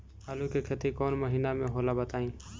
आलू के खेती कौन महीना में होला बताई?